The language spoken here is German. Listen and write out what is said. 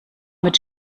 mit